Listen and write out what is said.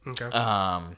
Okay